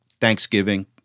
Thanksgiving